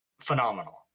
phenomenal